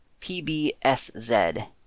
PBSZ